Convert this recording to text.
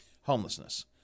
homelessness